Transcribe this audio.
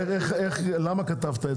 למה כתבת את זה?